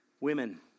women